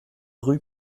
rue